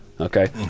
Okay